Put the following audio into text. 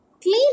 Clean